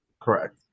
Correct